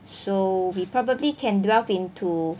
so we probably can delve into